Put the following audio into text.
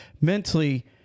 mentally